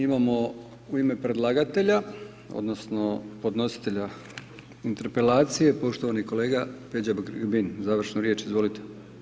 Imamo u ime predlagatelja, odnosno, podnositelja interpelacije, poštovani kolega Peđa Grbin, završnu riječ, izvolite.